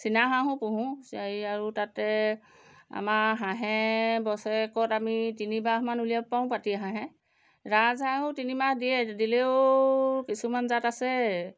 চিনা হাঁহো পোহোঁ এই আৰু তাতে আমাৰ হাঁহে বছৰেকত আমি তিনিবাহমান উলিয়াব পাৰোঁ পাতি হাঁহে ৰাজহাঁহো তিনিমাহ দিয়ে দিলেও কিছুমান জাত আছে